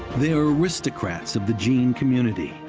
they are aristocrats of the gene community,